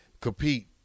compete